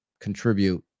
contribute